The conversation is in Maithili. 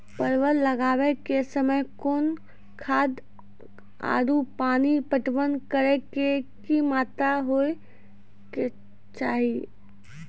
परवल लगाबै के समय कौन खाद आरु पानी पटवन करै के कि मात्रा होय केचाही?